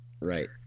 Right